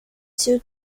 two